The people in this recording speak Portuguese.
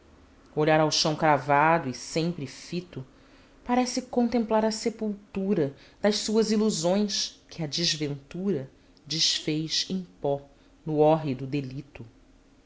olhar ao chão cravado e sempre fito parece contemplar a sepultura das suas ilusões que a desventura desfez em pó no hórrido delito